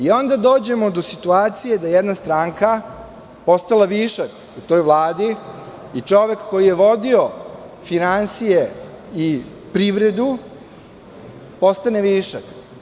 Onda dođemo do situacije da jedna stranka je postala višak u toj Vladi i čovek koji je vodio finansije i privredu postane višak.